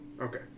Okay